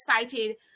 excited